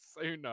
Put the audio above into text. sooner